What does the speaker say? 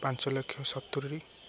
ପାଞ୍ଚ ଲକ୍ଷ ସତୁରୀ